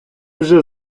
вже